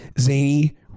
zany